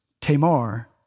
Tamar